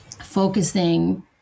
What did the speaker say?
focusing